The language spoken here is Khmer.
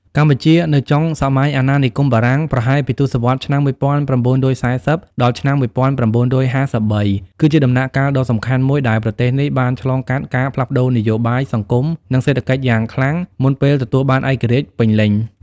កម្ពុជានៅចុងសម័យអាណានិគមបារាំង ប្រហែលពីទសវត្សរ៍ឆ្នាំ១៩៤០ ដល់ឆ្នាំ១៩៥៣ គឺជាដំណាក់កាលដ៏សំខាន់មួយដែលប្រទេសនេះបានឆ្លងកាត់ការផ្លាស់ប្តូរនយោបាយ សង្គម និងសេដ្ឋកិច្ចយ៉ាងខ្លាំង មុនពេលទទួលបានឯករាជ្យពេញលេញ។